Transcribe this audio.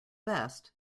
best